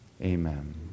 Amen